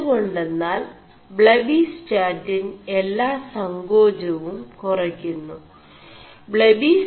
എുെകാെMാൽ ബി¶ാിൻ എ ാ സേ ാചവും കുറയ് ുMു